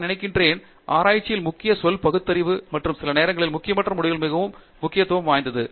நான் நினைக்கிறேன் ஆராய்ச்சியில் முக்கிய சொல் பகுத்தறிவு மற்றும் சில நேரங்களில் முக்கியமற்ற முடிவுகள் மிகவும் முக்கியத்துவம் வாய்ந்தது